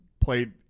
played